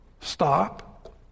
Stop